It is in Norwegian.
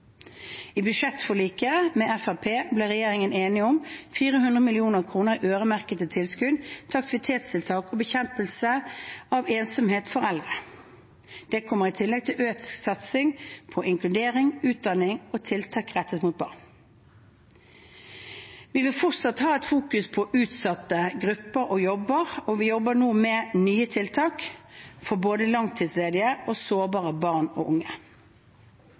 I budsjettforliket med Fremskrittspartiet ble vi enige om 400 mill. kr i øremerkede tilskudd til aktivitetstiltak og bekjempelse av ensomhet blant eldre. Dette kommer i tillegg til økt satsing på inkludering, utdanning og tiltak rettet mot barn. Vi vil fortsatt fokusere på utsatte grupper, og vi jobber nå med nye tiltak for både langtidsledige og sårbare barn og unge.